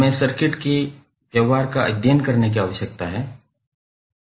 हमें सर्किट के व्यवहार का अध्ययन करने की आवश्यकता क्यों है